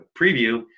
preview